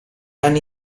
anni